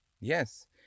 Yes